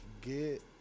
get